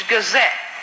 Gazette